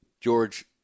George